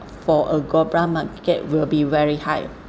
for a global market will be very high